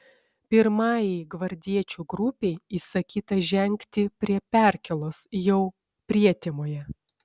pirmajai gvardiečių grupei įsakyta žengti prie perkėlos jau prietemoje